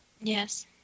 Yes